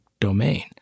domain